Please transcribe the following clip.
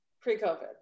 Pre-COVID